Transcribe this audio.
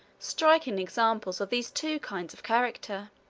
striking examples of these two kinds of character.